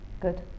Good